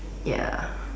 ya